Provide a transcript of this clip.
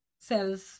sells